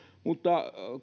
mutta